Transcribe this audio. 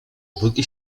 bójki